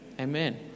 Amen